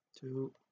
two